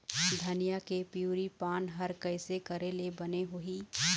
धनिया के पिवरी पान हर कइसे करेले बने होही?